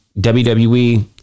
WWE